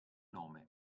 nome